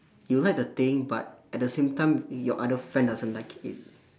you like the thing but at the same time your other friend doesn't like it